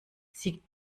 sie